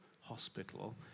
Hospital